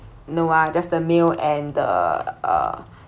no ah does the meal and the uh